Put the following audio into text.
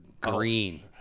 green